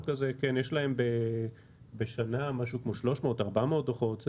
יש להם משהו כמו 300 או 400 דוחות בשנה.